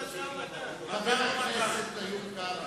חבר הכנסת איוב קרא.